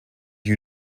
you